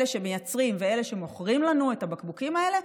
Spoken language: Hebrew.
אלה שמייצרים ואלה שמוכרים לנו את הבקבוקים האלה,